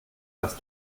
das